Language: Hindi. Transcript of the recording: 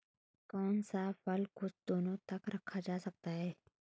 कौन सा फल कुछ दिनों तक रखा जा सकता है?